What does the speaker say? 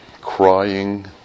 crying